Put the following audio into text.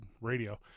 radio